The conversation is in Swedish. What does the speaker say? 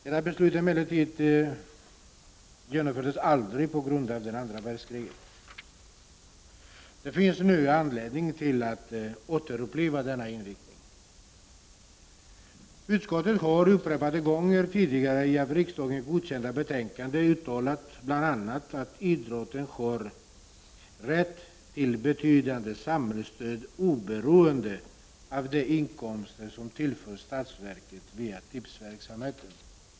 Detta beslut genomfördes emellertid aldrig på grund av andra världskriget. Det finns nu anledning att återuppliva denna inriktning. Utskottet har upprepade gånger tidigare i av riksdagen godkända betänkanden uttalat bl.a. att idrotten har rätt till betydande samhällsstöd, oberoende av de inkomster som tillförs statsverket via tipsverksamheten.